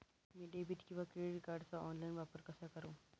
मी debit किंवा credit कार्डचा online वापर कसा करु?